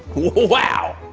wow!